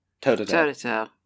toe-to-toe